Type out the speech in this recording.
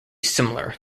similar